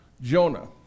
Jonah